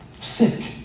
sick